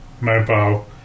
mobile